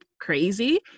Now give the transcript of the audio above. crazy